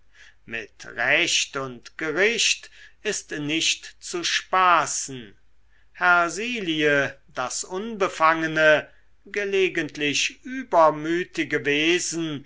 mit recht und gericht ist nicht zu spaßen hersilie das unbefangene gelegentlich übermütige wesen